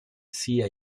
sia